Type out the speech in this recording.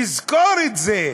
תזכור את זה".